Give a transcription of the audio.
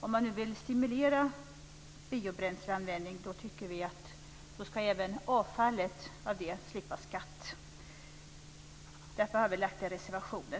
Om man vill stimulera användning av biobränsle skall även avfallet därifrån slippa skatt. Därför har vi reserverat oss.